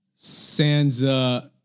Sansa